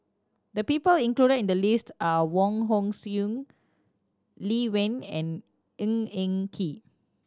the people included in the list are Wong Hong Suen Lee Wen and Ng Eng Kee